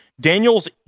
Daniels